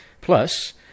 Plus